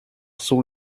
sous